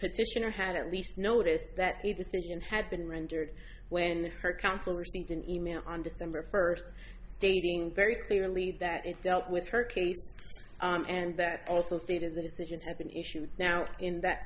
petitioner had at least noticed that a decision had been rendered when her counsel received an e mail on december first stating very clearly that it dealt with her case and that also stated the decision has been issued now in that